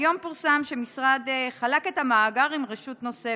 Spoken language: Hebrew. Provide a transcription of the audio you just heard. היום פורסם שהמשרד חלק את המאגר עם רשות נוספת.